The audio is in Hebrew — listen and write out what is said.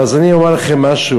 אז אני אומר לכם משהו,